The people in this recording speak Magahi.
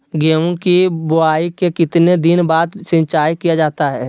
गेंहू की बोआई के कितने दिन बाद सिंचाई किया जाता है?